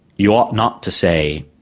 you ought not to say,